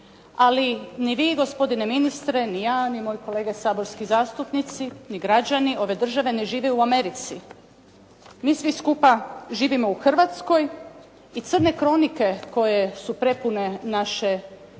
Ali ni vi gospodine ministre, ni ja, ni moji kolege saborski zastupnici, ni građani ove države ne žive u Americi. Mi svi skupa živimo u Hrvatskoj i crne kronike koje su prepune naše